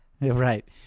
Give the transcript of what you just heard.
Right